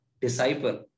disciple